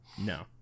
no